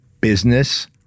business